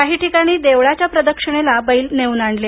काही ठिकाणी देवळाच्या प्रदेक्षिणेला बैल नेऊन आणले